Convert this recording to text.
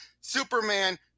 Superman